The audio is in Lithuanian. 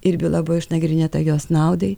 ir byla buvo išnagrinėta jos naudai